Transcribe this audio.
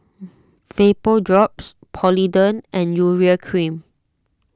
Vapodrops Polident and Urea Cream